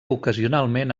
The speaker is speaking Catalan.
ocasionalment